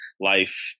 life